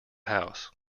house